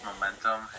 momentum